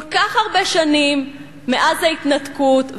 כל כך הרבה שנים מאז ההתנתקות,